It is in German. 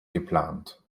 geplant